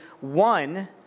one